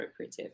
appropriative